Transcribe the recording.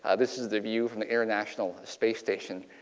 ah this is the view from international space station.